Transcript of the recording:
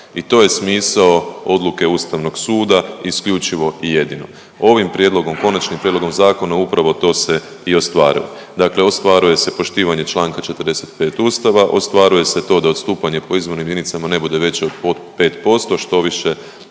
I to je smisao odluke Ustavnog suda isključivo i jedino. Ovim prijedlogom, konačnim prijedlogom zakona upravo to se i ostvarilo. Dakle ostvaruje se poštivanje čl. 45. Ustava, ostvaruje se to da odstupanje po izbornim jedinicama ne bude veće od 5%, štoviše